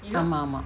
ஆமா ஆமா:aama aama